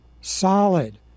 solid